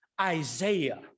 Isaiah